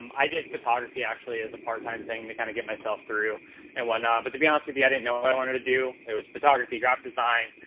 um i did photography actually as a part time thing to kind of get myself through and whatnot. but to be honest with you, i didn't know what i wanted to do. it was photography, graphic design.